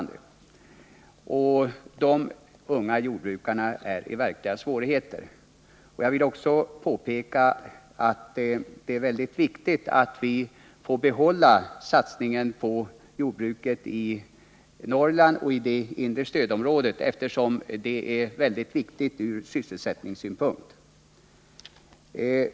Dessa unga jordbrukare är i verkliga svårigheter. Jag vill också påpeka att det är mycket viktigt att vi får behålla satsningen på jordbruket i Norrland och i det inre stödområdet, eftersom det har stor betydelse ur sysselsättningssynpunkt.